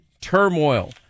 turmoil